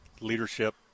Leadership